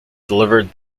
delivered